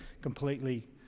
completely